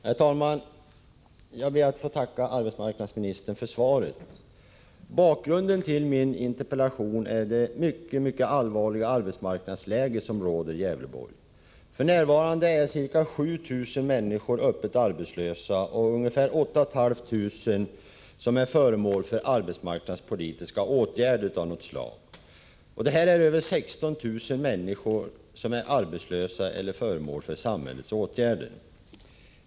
Herr talman! Jag ber att få tacka arbetsmarknadsministern för svaret. Bakgrunden till min interpellation är det mycket allvarliga arbetsmarknadsläge som råder i Gävleborgs län. F.n. är ca 7 000 människor öppet arbetslösa och ungefär 8 500 är föremål för arbetsmarknadspolitiska åtgärder av något slag. Omkring 16 000 människor är alltså arbetslösa eller föremål för samhällets åtgärder.